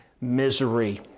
misery